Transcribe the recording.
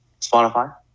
Spotify